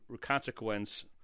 consequence